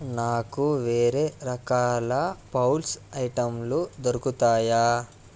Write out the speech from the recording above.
నాకు వేరే రకాల బౌల్స్ ఐటెంలు దొరుకుతాయా